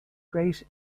great